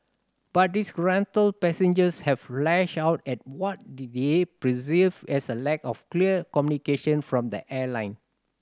but disgruntled passengers have lashed out at what the they perceived as a lack of clear communication from the airline